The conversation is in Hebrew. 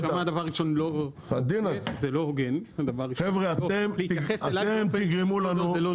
דבר ראשון זה לא הוגן להתייחס אלי באופן אישי.